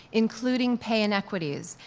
including pay inequities,